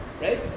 right